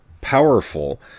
powerful